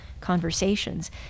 conversations